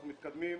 אנחנו מתקדמים.